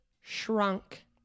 shrunk